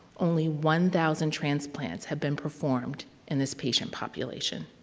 only one thousand transplants have been performed in this patient population.